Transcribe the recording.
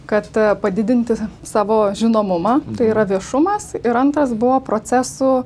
kad padidinti savo žinomumą tai yra viešumas ir antras buvo procesų